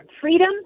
freedom